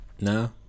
No